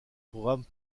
programmes